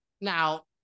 Now